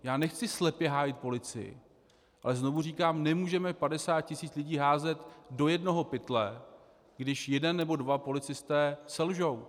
Já nechci slepě hájit policii, ale znovu říkám, nemůžeme 50 000 lidí házet do jednoho pytle, když jeden nebo dva policisté selžou.